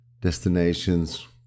destinations